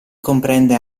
comprende